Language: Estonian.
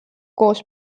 koos